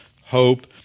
hope